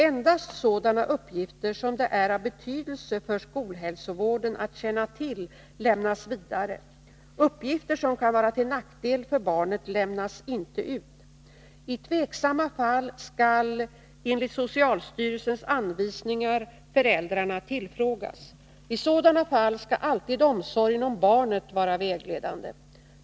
Endast sådana uppgifter som det är av betydelse för skolhälsovården att känna till lämnas vidare. Uppgifter som kan vara till nackdel för barnet lämnas inte ut. I tvivelaktiga fall skall enligt socialstyrelsens anvisningar föräldrarna tillfrågas. I sådana fall skall alltid omsorgen om barnet vara vägledande.